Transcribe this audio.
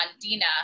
Dina